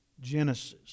Genesis